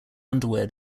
underwear